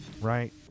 right